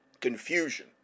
confusion